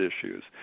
issues